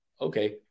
okay